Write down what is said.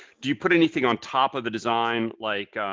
do you put anything on top of the design like,